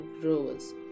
growers